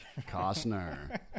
Costner